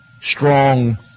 Strong